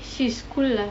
she's cool lah